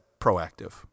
proactive